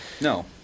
no